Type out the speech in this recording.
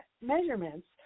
measurements